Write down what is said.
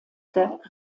eingesetzte